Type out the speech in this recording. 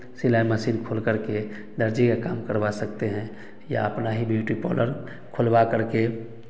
सिलाई मसीन खोल करके दर्जी का काम करवा सकते हैं या अपना ही ब्यूटी पोलर खुलवा करके